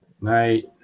night